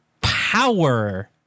power